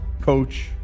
coach